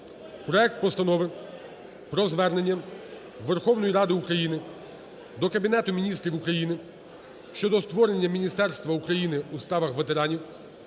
проект Постанови про Звернення Верховної Ради України до Кабінету Міністрів України щодо створення Міністерства України у справах ветеранів